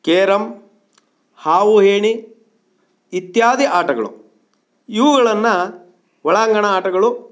carrom ಹಾವು ಏಣಿ ಇತ್ಯಾದಿ ಆಟಗಳು ಇವುಗಳನ್ನು ಒಳಾಂಗಣ ಆಟಗಳು